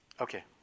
okay